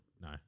no